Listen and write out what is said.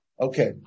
Okay